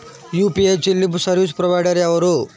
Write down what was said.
UPI చెల్లింపు service provider ఎవరు?